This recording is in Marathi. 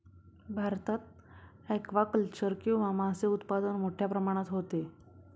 भारतात ॲक्वाकल्चर किंवा मासे उत्पादन मोठ्या प्रमाणात होते